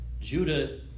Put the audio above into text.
judah